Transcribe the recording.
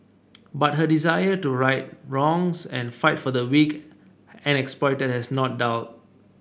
but her desire to right wrongs and fight for the weak and exploited has not dulled